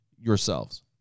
yourselves